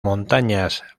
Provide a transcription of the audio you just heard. montañas